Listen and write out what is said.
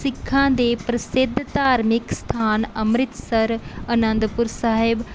ਸਿੱਖਾਂ ਦੇ ਪ੍ਰਸਿੱਧ ਧਾਰਮਿਕ ਸਥਾਨ ਅੰਮ੍ਰਿਤਸਰ ਅਨੰਦਪੁਰ ਸਾਹਿਬ